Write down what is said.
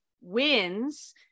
wins